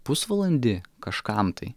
pusvalandį kažkam tai